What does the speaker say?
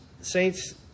Saints